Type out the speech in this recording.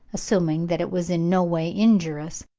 assuming that it was in no way injurious,